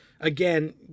again